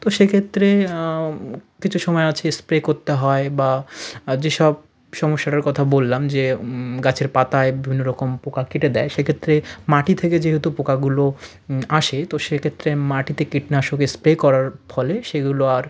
তো সেক্ষেত্রে কিছু সময় আছে স্প্রে করতে হয় বা যেসব সমস্যাটার কথা বললাম যে গাছের পাতায় বিভিন্ন রকম পোকা কেটে দেয় সেক্ষেত্রে মাটি থেকে যেহেতু পোকাগুলো আসে তো সেক্ষেত্রে মাটিতে কীটনাশক স্প্রে করার ফলে সেগুলো আর